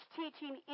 teaching